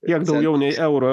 kiek daugiau nei eurą